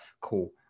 cool